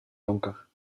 donker